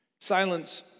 Silence